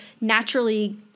naturally